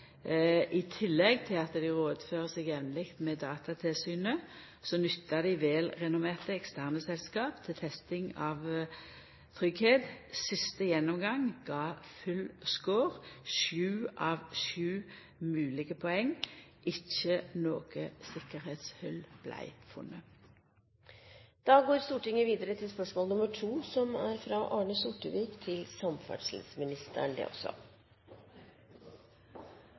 i tillegg til at dei rådfører seg jamleg med Datatilsynet, nyttar velrenommerte eksterne selskap til testing av tryggleik. Siste gjennomgang gav full score – sju av sju moglege poeng – ikkje noko tryggleikshòl vart funne. Mitt spørsmål går også til samferdselsministeren: «Bruk av bompenger til